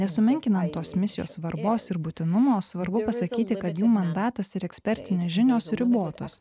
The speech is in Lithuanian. nesumenkinant tos misijos svarbos ir būtinumo svarbu pasakyti kad jų mandatas ir ekspertinės žinios ribotos